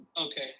Okay